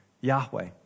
Yahweh